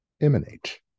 emanate